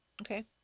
Okay